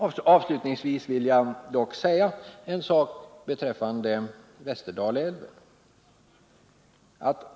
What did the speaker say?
Avslutningsvis vill jag dock säga några ord beträffande Västerdalälven.